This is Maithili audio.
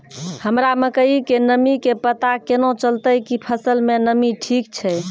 हमरा मकई के नमी के पता केना चलतै कि फसल मे नमी ठीक छै?